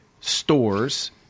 stores